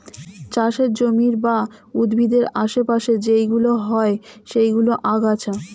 চাষের জমির বা উদ্ভিদের আশে পাশে যেইগুলো হয় সেইগুলো আগাছা